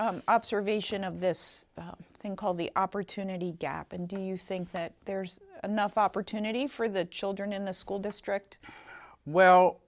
r observation of this thing called the opportunity gap and do you think that there's enough opportunity for the children in the school district well